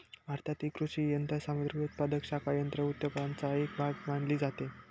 भारतातील कृषी यंत्रसामग्री उत्पादक शाखा यंत्र उद्योगाचा एक भाग मानली जाते